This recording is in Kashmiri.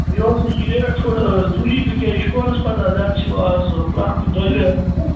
یِہُس چھِ یہِ ریٹ تھوڑا حظ درٛۅجی تِکیٛاز یہِ چھُو پانَس پَتاہ حظ یتھ چھُ وۅنۍ اَز پرٛتھ کُنہِ درٛۅجریٚومُت حظ